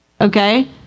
Okay